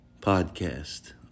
podcast